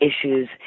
issues